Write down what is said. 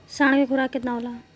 साँढ़ के खुराक केतना होला?